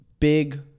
Big